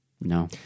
No